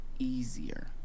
Easier